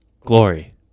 Glory